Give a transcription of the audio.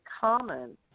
common